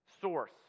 source